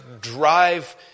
drive